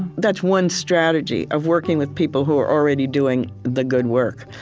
that's one strategy of working with people who are already doing the good work.